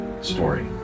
story